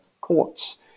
courts